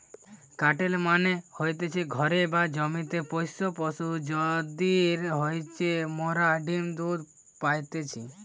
কাটেল মানে হতিছে ঘরে বা জমিতে পোষ্য পশু যাদির হইতে মোরা ডিম্ দুধ পাইতেছি